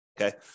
Okay